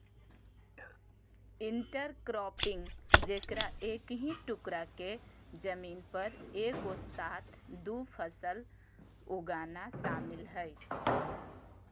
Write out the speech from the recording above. intercropping जेकरा एक ही टुकडा के जमीन पर एगो साथ दु फसल उगाना शामिल हइ